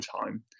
time